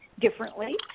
differently